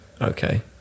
Okay